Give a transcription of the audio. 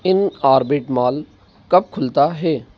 Inorbit mall कब खुलता है